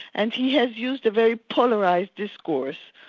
and he has used a very polarised discourse,